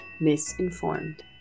misinformed